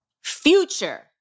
future